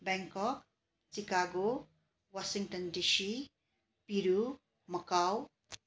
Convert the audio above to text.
Bangkok Chicago Washington DC Peru Macau